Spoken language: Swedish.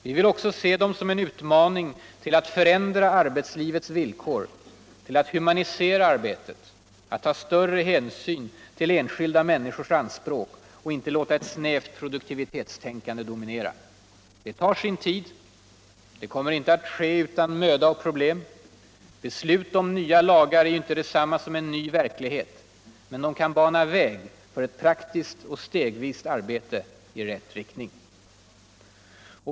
Vi vill också se dem som en utmaning till att förändra arbetslivets villkor, att humanisera arbetet, att ta större hänsyn till de enskilda miänniskornas anspråk och inte låta ett snävt produktivitetstänkande domi nera. Det tar sin tid. Det sker inte utan möda och problem. Beslut om nya lagar är inte detsamma som en ny verklighet. Men de kan bana väg för ett praktiskt arbete steg för steg i rätt riktning.